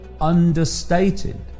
understated